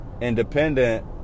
independent